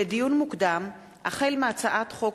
לדיון מוקדם: החל בהצעת חוק